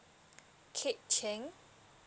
keat cheng